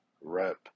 rep